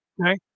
Okay